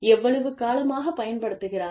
எவ்வளவு காலமாகப் பயன்படுத்துகிறார்